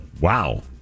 Wow